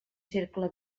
cercle